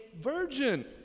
virgin